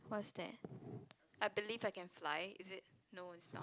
what's that I believe I can fly is it no it's not